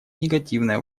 негативное